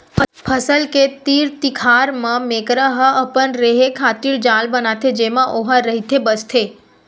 फसल के तीर तिखार म मेकरा ह अपन रेहे खातिर जाल बनाथे जेमा ओहा रहिथे बसथे